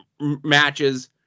matches